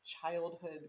childhood